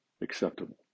acceptable